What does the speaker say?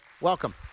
welcome